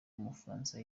w’umufaransa